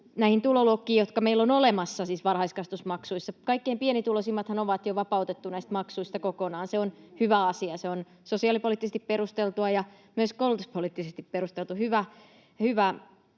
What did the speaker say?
niin se tulee varmuudella tarpeeseen näissä perheissä, joita tämä koskee. Kaikkein pienituloisimmathan on jo vapautettu näistä maksuista kokonaan, ja se on hyvä asia. Se on sosiaalipoliittisesti perusteltu ja myös koulutuspoliittisesti perusteltu hyvä